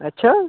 अच्छाऽ